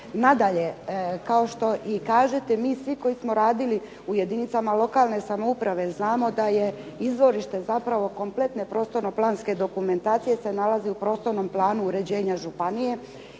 Nadalje kao što i kažete mi svi koji smo radili u jedinicama lokalne samouprave znamo da je izvorište zapravo kompletne prostorno-planske dokumentacije se nalazi u prostornom planu uređenja županije.